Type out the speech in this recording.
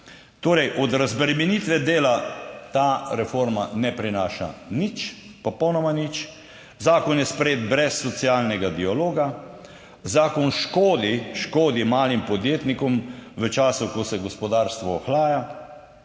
Torej, od razbremenitve dela ta reforma ne prinaša nič, popolnoma nič. Zakon je sprejet brez socialnega dialoga. Zakon škodi, škodi malim podjetnikom v času, ko se gospodarstvo ohlaja.